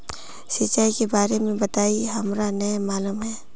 सिंचाई के बारे में बताई हमरा नय मालूम है?